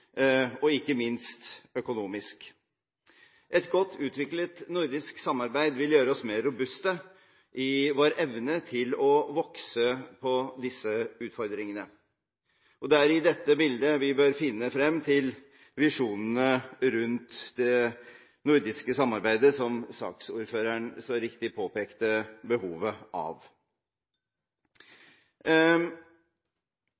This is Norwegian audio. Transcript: ikke minst økonomisk. Et godt utviklet nordisk samarbeid vil gjøre oss mer robuste i vår evne til å vokse på disse utfordringene, og det er i dette bildet vi bør finne frem til visjonene rundt det nordiske samarbeidet, som saksordføreren så riktig påpekte behovet